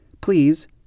please